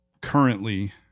currently